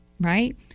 right